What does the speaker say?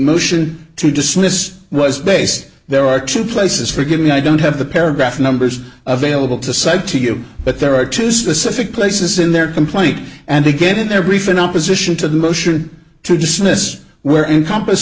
motion to dismiss was based there are two places forgive me i don't have the paragraph numbers available to cite to you but there are two specific places in their complaint and begin their brief in opposition to the motion to dismiss where encompass